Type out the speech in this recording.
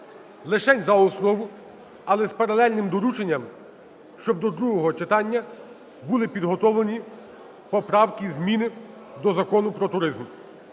лише за основу, але з паралельним дорученням, щоб до другого читання будуть підготовлені поправки, зміни до Закону "Про туризм".